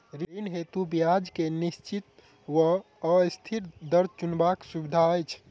ऋण हेतु ब्याज केँ निश्चित वा अस्थिर दर चुनबाक सुविधा अछि